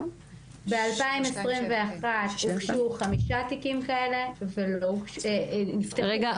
ב-2021 נפתחו חמישה תיקים כאלה --- רגע,